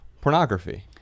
pornography